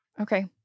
Okay